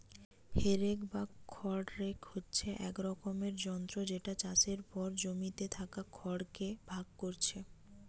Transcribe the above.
হে রেক বা খড় রেক হচ্ছে এক রকমের যন্ত্র যেটা চাষের পর জমিতে থাকা খড় কে ভাগ কোরছে